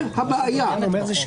אני אומר בכנות,